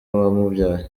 wamubyaye